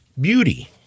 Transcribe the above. Beauty